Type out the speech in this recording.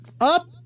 up